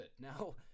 Now